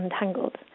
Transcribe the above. untangled